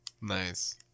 Nice